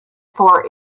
for